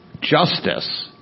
Justice